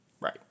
Right